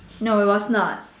no it was not